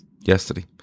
yesterday